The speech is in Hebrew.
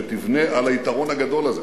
שתבנה על היתרון הגדול הזה.